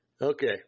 Okay